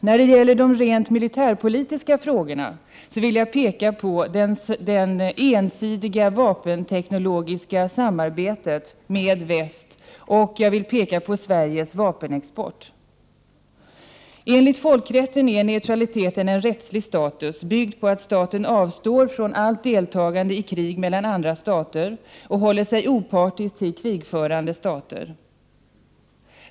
När det gäller de rent militärpolitiska frågorna vill jag peka på det ensidiga vapenteknologiska samarbetet med väst och på Sveriges vapenexport. Enligt folkrätten är neutraliteten en rättslig status, byggd på att staten avstår från allt deltagande i krig mellan andra stater och håller sig opartisk till krigförande stater.